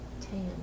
Tan